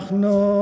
no